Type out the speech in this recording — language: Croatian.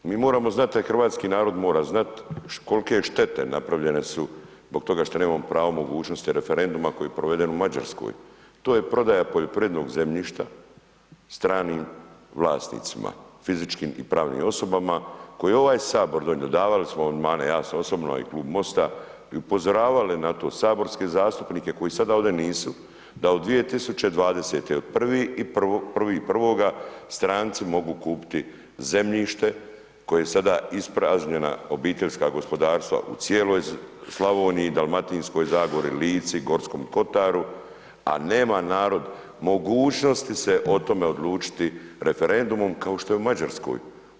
Mi moramo znat a i hrvatski narod mora znat kolike štete napravljene su zbog toga što nemamo pravo mogućnosti referenduma koji je proveden u Mađarskoj, to je prodaja poljoprivrednog zemljišta stranim vlasnicima, fizičkim i pravnim osobama koji je ovaj Sabor donio, davali smo amandmane, ja sam osobno i klub MOST-a i upozoravali na to saborske zastupnike koji sada ovdje nisu, da od 2020. od 1.1. stranci mogu kupiti zemljište koja je sada ispražnjena obiteljska gospodarstva u cijeloj Slavoniji, Dalmatinskoj zagori, Lici, Gorskom kotaru a nema narod mogućnosti se o tome odlučiti referendumom kao što je u Mađarskoj.